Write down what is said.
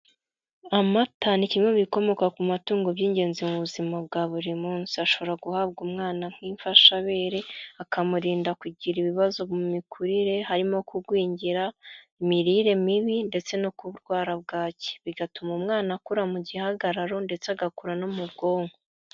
Amata ni kimwe mu bikomoka ku matungo by'ingenzi mu buzima bwa buri munsi, ashobora guhabwa umwana nk'imfashabere akamurinda kugira ibibazo mu mikurire: harimo kugwingira, imirire mibi ndetse no kurwara bwaki; bigatuma umwana akura mu gihagararo ndetse agakura no mu bwonko.